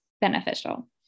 beneficial